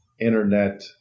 internet